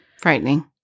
frightening